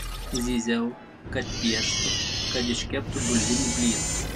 zyziau kad pieštų kad iškeptų bulvinį blyną